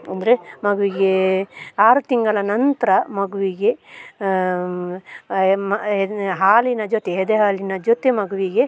ಅಂದರೆ ಮಗುವಿಗೆ ಆರು ತಿಂಗಳ ನಂತರ ಮಗುವಿಗೆ ಎ ಮ ಏನು ಹಾಲಿನ ಜೊತೆ ಎದೆ ಹಾಲಿನ ಜೊತೆ ಮಗುವಿಗೆ